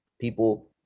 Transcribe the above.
People